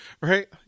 right